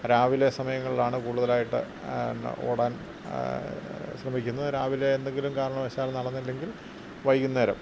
രാവിലെ സമയങ്ങളിലാണ് കൂടുതലായിട്ട് ഓടാൻ ശ്രമിക്കുന്നത് രാവിലെ എന്തെങ്കിലും കാരണവശാൽ നടന്നില്ലങ്കിൽ വൈകുന്നേരം